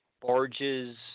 barges